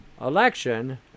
election